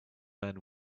man